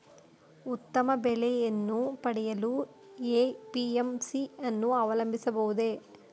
ಉತ್ತಮ ಬೆಲೆಯನ್ನು ಪಡೆಯಲು ಎ.ಪಿ.ಎಂ.ಸಿ ಯನ್ನು ಅವಲಂಬಿಸಬಹುದೇ?